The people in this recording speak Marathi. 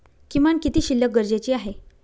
किमान किती शिल्लक गरजेची आहे?